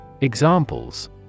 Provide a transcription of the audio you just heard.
Examples